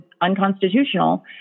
unconstitutional